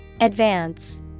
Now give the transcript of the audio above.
advance